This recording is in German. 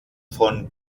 von